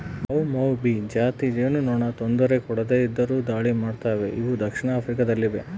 ಮೌಮೌಭಿ ಜಾತಿ ಜೇನುನೊಣ ತೊಂದರೆ ಕೊಡದೆ ಇದ್ದರು ದಾಳಿ ಮಾಡ್ತವೆ ಇವು ದಕ್ಷಿಣ ಆಫ್ರಿಕಾ ದಲ್ಲಿವೆ